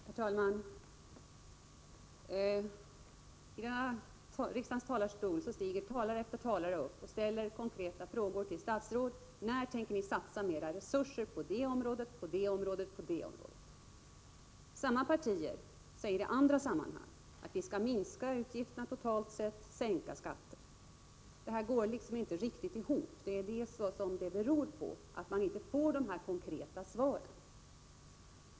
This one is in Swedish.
Herr talman! I riksdagens talarstol stiger talare efter talare upp och ställer konkreta frågor till statsråd: När tänker ni satsa mer resurser på det området, på det området och på det området? Företrädare för samma partier säger i andra sammanhang att vi skall minska utgifterna totalt sett och sänka skatten. Det här går inte riktigt ihop. Det är det som det beror på att man inte får konkreta svar.